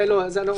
נוציא את זה.